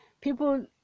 people